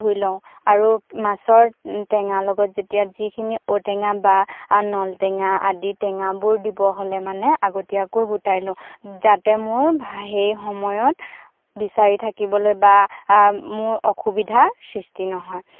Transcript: ধুই লওঁ আৰু মাছৰ টেঙাৰ লগত যেতিয়া যিখিনি ঔটেঙা বা নল টেঙা আদি টেঙাবোৰ দিব হ'লে মানে আগতীয়াকৈ গোটাই লওঁ যাতে মোৰ সেই সময়ত বিচাৰি থাকিবলৈ বা মোৰ অসুবিধাৰ সৃষ্টি নহয়